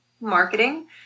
marketing